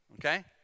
okay